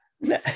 no